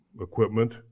equipment